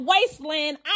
wasteland